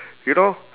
you know